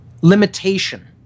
Limitation